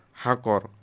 hakor